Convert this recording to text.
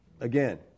again